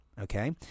Okay